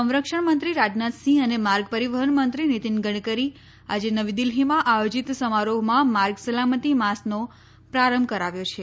સંરક્ષણમંત્રી રાજનાથ સિંહ અને માર્ગ પરિવહન મંત્રી નિતીન ગડકરી આજે નવી દિલ્ફીમાં આયોજીત સમારોહમાં માર્ગ સલામતી માસનો પ્રારંભ કરાવ્યો છે